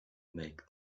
make